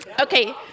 okay